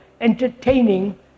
entertaining